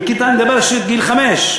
מגיל חמש,